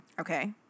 Okay